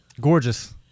Gorgeous